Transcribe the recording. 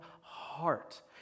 heart